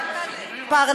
עצמאי, עבדתי 20 שעות ביום.